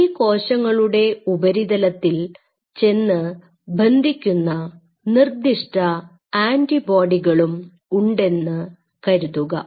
ഈ കോശങ്ങളുടെ ഉപരിതലത്തിൽ ചെന്ന് ബന്ധിക്കുന്ന നിർദിഷ്ട ആൻറിബോഡികളും ഉണ്ടെന്ന് കരുതുക